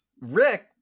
Rick